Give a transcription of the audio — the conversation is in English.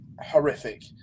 horrific